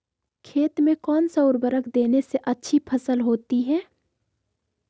खेत में कौन सा उर्वरक देने से अच्छी फसल होती है?